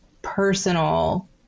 personal